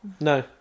No